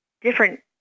different